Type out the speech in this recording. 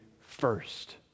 first